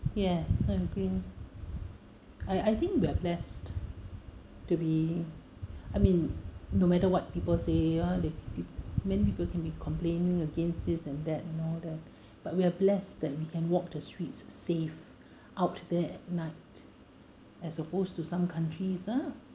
yes I agree I I think we are blessed to be I mean no matter what people say ah they many people can be complaining against this and that and all that but we are blessed that we can walk the streets safe out there at night as opposed to some countries ah